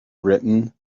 written